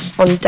on